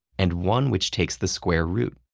and one which takes the square root.